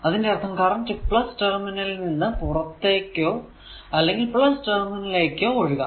അതിന്റെ അർഥം current terminal ൽ നിന്ന് പുറത്തേക്കോ അല്ലെങ്കിൽ ടെര്മിനലിലേക്കോ ഒഴുകാം